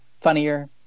funnier